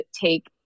take